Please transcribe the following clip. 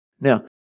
Now